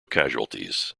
casualties